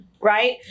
right